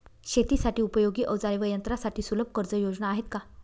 शेतीसाठी उपयोगी औजारे व यंत्रासाठी सुलभ कर्जयोजना आहेत का?